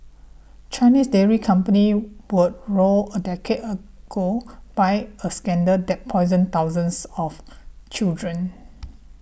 Chinese dairy companies were roiled a decade ago by a scandal that poisoned thousands of children